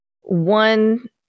one